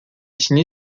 signé